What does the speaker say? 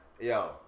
yo